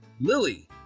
Lily